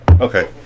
okay